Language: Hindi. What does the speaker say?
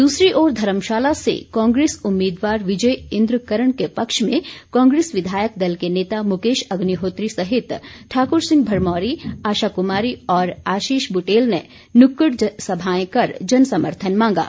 दूसरी ओर धर्मशाला से कांग्रेस उम्मीदवार विजय इंद्र कर्ण के पक्ष में कांग्रेस विधायक दल के नेता मुकेश अग्निहोत्री सहित ठाकुर सिंह भरमौरी आशा कुमारी और आशीष बुटेल ने नुक्कड़ सभाएं कर जन समर्थन मांगा